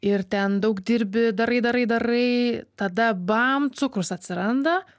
ir ten daug dirbi darai darai darai tada bam cukrus atsiranda